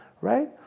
right